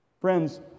Friends